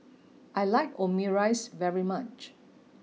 I like Omurice very much